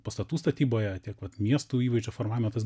pastatų statyboje tiek miestų įvaizdžio formavime tas